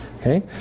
Okay